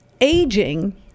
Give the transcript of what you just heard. aging